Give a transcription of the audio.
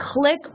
click